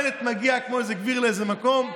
בנט מגיע כמו איזה גביר לאיזה מקום,